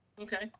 okay,